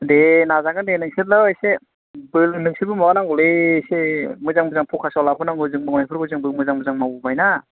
दे नाजागोन दे नोंसोरल' एसे बोलो नोंसोरबो माबा नांगौलै एसे मोजां मोजां फ'खास आव लाबोनांगौ जों बुंनायफोरखौ जोंबो मोजां मोजां मावबोबायना